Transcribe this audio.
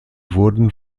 wurden